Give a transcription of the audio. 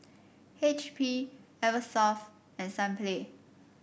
H P Eversoft and Sunplay